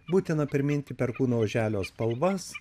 būtina priminti perkūno oželio spalvas